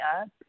up